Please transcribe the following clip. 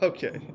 Okay